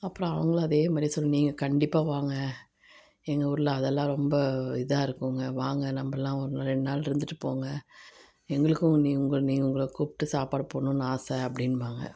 அப்புறம் அவங்களும் அதே மாதிரியே சொல்லி நீங்கள் கண்டிப்பாக வாங்க எங்கள் ஊரில் அதெல்லாம் ரொம்ப இதாக இருக்குங்க வாங்க நம்பளெலாம் ஒரு ரெண்டு நாள் இருந்துவிட்டு போங்க எங்களுக்கும் நீங்கள் உங்களை நீங்கள் உங்களை கூப்பிட்டு சாப்பாடு போடணும்னு ஆசை அப்படின்பாங்க